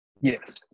Yes